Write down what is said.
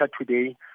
today